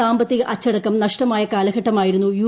സാമ്പത്തിക അച്ചടക്കം നഷ്ടമായ കാലഘട്ടമായിരുന്നു യു